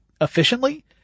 efficiently